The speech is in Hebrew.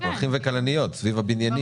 שותלת פרחים וכלניות סביב הבניינים.